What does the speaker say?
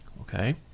okay